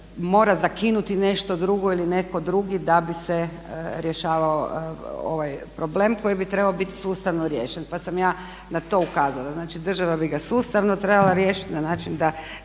mora zakinuti nešto drugo ili neko drugi da bi se rješavao ovaj problem koji bi trebao biti sustavno riješen. Pa sam ja na to ukazala. Znači, država bi ga sustavno trebala riješiti na način da